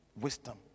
wisdom